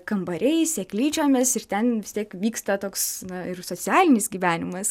kambariais seklyčiomis ir ten vis tiek vyksta toks na ir socialinis gyvenimas